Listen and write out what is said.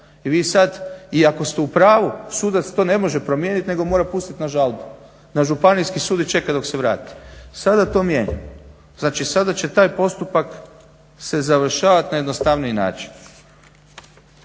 iako ste u pravu sudac to ne može promijeniti nego mora pustiti na žalbu, na Županijski sud i čeka dok se vrati. Sada to mijenjamo, znači sada će taj postupak se završavati na jednostavniji način.